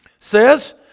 Says